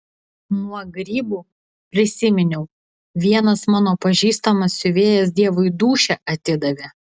nuo grybų prisiminiau vienas mano pažįstamas siuvėjas dievui dūšią atidavė